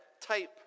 type